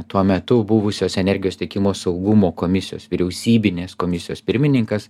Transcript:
tuo metu buvusios energijos tiekimo saugumo komisijos vyriausybinės komisijos pirmininkas